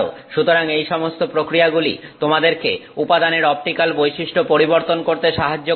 সুতরাং এই সমস্ত প্রক্রিয়াগুলি তোমাদেরকে উপাদানের অপটিক্যাল বৈশিষ্ট্য পরিবর্তন করতে সাহায্য করবে